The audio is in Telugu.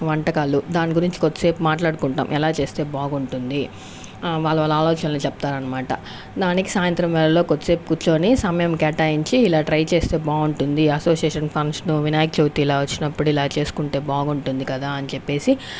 వంటకాలు దాని గురించి కొద్దిసేపు మాట్లాడుకుంటాం ఎలా చేస్తే బాగుంటుంది వాళ్ల వాళ్ల ఆలోచనలు చెప్తారనమాట దానికి సాయంత్రం వేళల్లో కొద్దిసేపు కూర్చొని సమయం కేటాయించి ఇలా ట్రై చేస్తే బాగుంటుంది అసోసియేషన్ ఫంక్షన్ వినాయక చవితి ఇలా వచ్చినప్పుడు ఇలా చేసుకుంటే బాగుంటుంది కదా అని చెప్పేసి